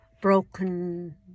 broken